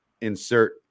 insert